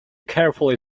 carefully